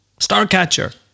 Starcatcher